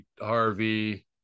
Harvey